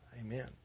Amen